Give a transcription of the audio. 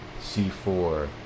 c4